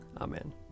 Amen